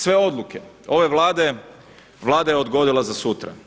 Sve odluke ove Vlade Vlada je odgodila za sutra.